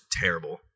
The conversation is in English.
terrible